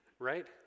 Right